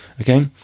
okay